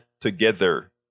together